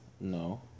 No